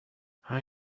are